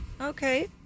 Okay